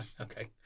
Okay